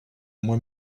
moi